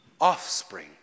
Offspring